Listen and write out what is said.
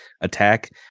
Attack